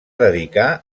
dedicar